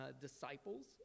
disciples